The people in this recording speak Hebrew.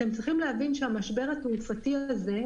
אתם צריכים להבין שהמשבר התעופתי הזה,